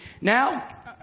Now